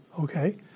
Okay